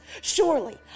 surely